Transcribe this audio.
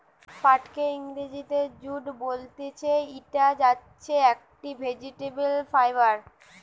পাটকে ইংরেজিতে জুট বলতিছে, ইটা হচ্ছে একটি ভেজিটেবল ফাইবার